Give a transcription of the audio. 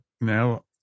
now